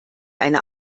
eine